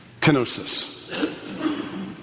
kenosis